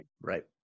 Right